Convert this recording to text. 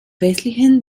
wesentlichen